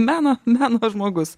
meno meno žmogus